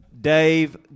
Dave